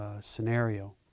scenario